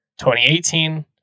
2018